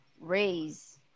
raise